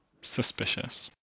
Suspicious